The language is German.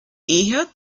eher